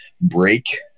break